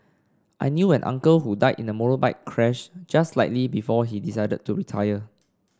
I knew an uncle who died in a motorbike crash just slightly before he decided to retire